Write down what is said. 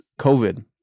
COVID